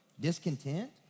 discontent